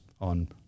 on